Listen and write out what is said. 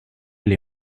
elle